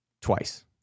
twice